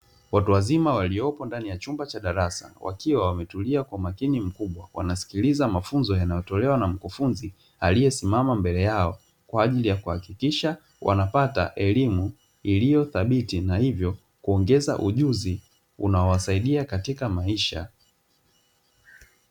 Watu wazima waliopo ndani ya chumba cha darasa wakiwa wametulia kwa umakini mkubwa, wanasikiliza mafunzo yanayotolewa na mkufunzi aliesimama mbele yao, kwa ajili ya kuhakikisha wanapata elimu iliyothabiti na hivyo kuongeza ujuzi unaowasaidia katika maisha.